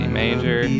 major